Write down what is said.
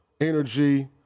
energy